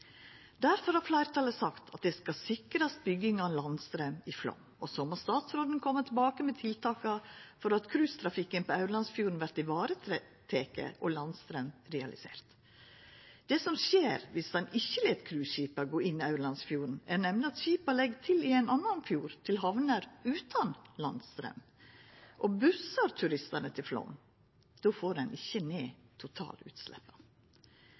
har fleirtalet sagt at ein skal sikra bygging av landstraum i Flåm, og så må statsråden koma tilbake med tiltaka for at cruisetrafikken på Aurlandsfjorden vert varetekne og landstraum realisert. Det som skjer viss ein ikkje let cruiseskipa gå inn i Aurlandsfjorden, er nemleg at skipa legg til i ein annan fjord, i hamner utan landstraum. Og bussar turistane til Flåm, får ein ikkje ned totalutsleppa.